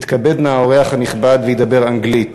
יתכבד נא האורח הנכבד וידבר אנגלית.